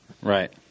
Right